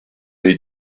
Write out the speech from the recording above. dei